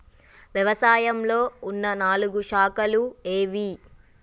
వ్యవసాయంలో ఉన్న నాలుగు శాఖలు ఏవి?